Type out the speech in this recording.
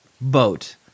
boat